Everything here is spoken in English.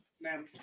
Ma'am